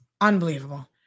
Unbelievable